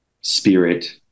spirit